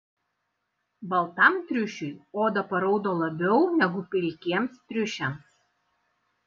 baltam triušiui oda paraudo labiau negu pilkiems triušiams